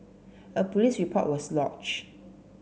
a police report was lodged